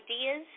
ideas